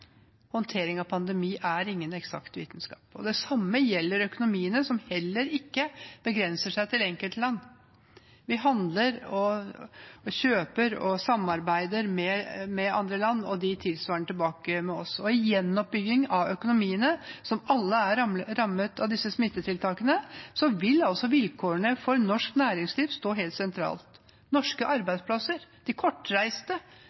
Håndtering av en pandemi er ingen eksakt vitenskap, og det samme gjelder økonomiene, som heller ikke begrenser seg til enkeltland. Vi handler og kjøper og samarbeider med andre land, og de tilsvarende med oss. I gjenoppbygging av økonomiene, som alle er rammet av smittetiltakene, vil vilkårene for norsk næringsliv stå helt sentralt, også for norske